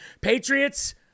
Patriots